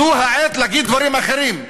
זו העת להגיד דברים אחרים,